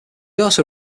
also